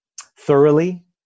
thoroughly